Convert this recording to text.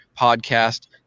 podcast